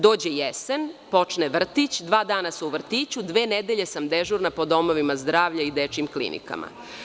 Dođe jesene, počne vrtić, dva dana su u vrtiću, dve nedelje sam dežurna po domovima zdravlja i dečijim klinikama.